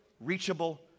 reachable